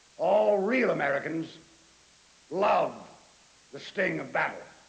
all real americans love the sting of battle.